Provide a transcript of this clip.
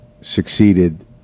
succeeded